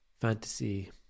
fantasy